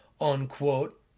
unquote